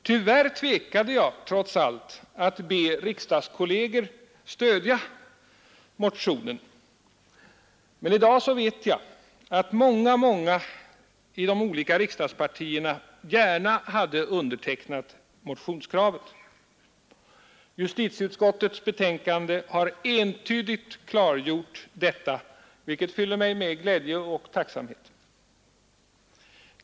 Tyvärr tvekade jag, trots allt, att be riksdagskolleger stödja motionen. I dag vet jag att många, många i de olika riksdagspartierna gärna hade undertecknat motionskravet. Justitieutskottets betänkande har entydigt klargjort detta, vilket fyller mig med glädje och tacksamhet.